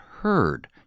heard